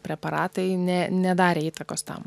preparatai ne nedarė įtakos tam